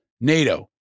NATO